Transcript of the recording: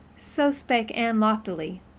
so spake anne loftily,